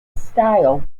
style